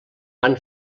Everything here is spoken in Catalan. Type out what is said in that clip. van